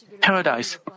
paradise